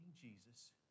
Jesus